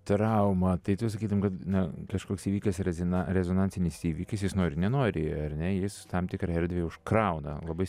trauma tai tu sakytum kad na kažkoks įvykęs rezina rezonansinis įvykis jis nori nenori ar ne jis tam tikra erdvę užkrauna labai